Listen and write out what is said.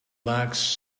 lacks